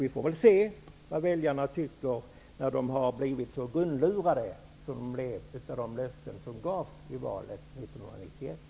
Vi får se vad väljarna tycker när de har blivit så grundlurade som de blev av de löften som gavs i valet 1991.